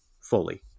fully